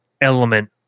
element